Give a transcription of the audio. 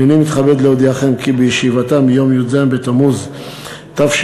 הנני מתכבד להודיעכם כי בישיבתה ביום י"ז בתמוז תשע"ג,